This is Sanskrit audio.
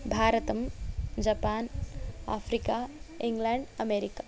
भारतम् जपान् आफ़्रिका इङ्ग्लेण्ड् अमेरिका